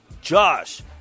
Josh